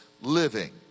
living